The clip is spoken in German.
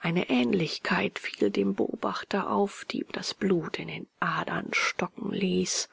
eine ähnlichkeit fiel dem beobachter auf die ihm das blut in den adern stocken ließ